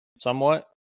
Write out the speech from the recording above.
somewhat